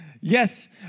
Yes